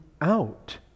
out